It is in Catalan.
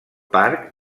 parc